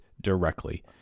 directly